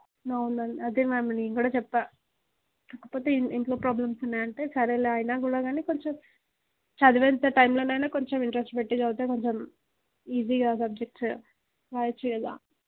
అవును మ్యామ్ అదే మ్యామ్ నేను కూడా చెప్పా లేకపోతే ఇంట్లో ప్రాబ్లమ్స్ ఉన్నాయంటే సరేలే అయినా కూడా కానీ కొంచెం చదివేంత టైంలోనైనా కొంచెం ఇంట్రెస్ట్ పెట్టి చదివితే కొంచెం ఈజీగా సబ్జెక్ట్స్ రాయొచ్చు కదా